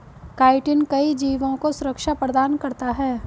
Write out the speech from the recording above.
chitin कई जीवों को सुरक्षा प्रदान करता है